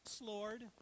Lord